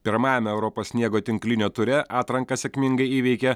pirmajame europos sniego tinklinio ture atranką sėkmingai įveikė